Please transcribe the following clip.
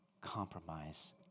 compromise